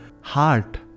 heart